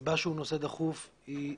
הסיבה שהוא נושא דחוף היא,